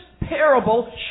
parable